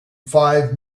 five